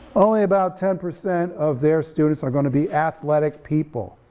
only about ten percent of their students are gonna be athletic people.